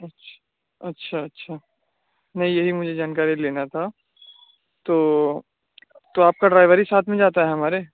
اچھا اچھا اچھا میں یہی مجھے جانکاری لینا تھا تو تو آپ کا ڈرائیور ہی ساتھ میں جاتا ہے ہمارے